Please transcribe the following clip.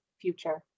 future